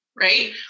right